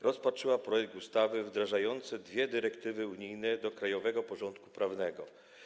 rozpatrzyła projekt ustawy wdrażający dwie dyrektywy unijne do krajowego porządku prawnego.